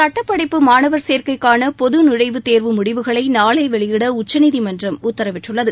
சுட்டப்படிப்பு மாணவர் சேர்க்கைக்கான பொது நுழைவுத்தேர்வு முடிவுகளை நாளை வெளியிட உச்சநீதிமன்றம் உத்தரவிட்டுள்ளது